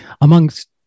amongst